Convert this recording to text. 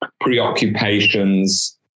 preoccupations